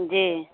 जी